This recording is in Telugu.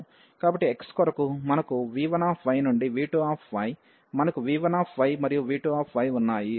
కాబట్టి x కొరకు మనకు v1y నుండి v2y మనకు v1y మరియు v2y ఉన్నాయి